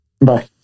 Bye